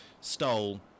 stole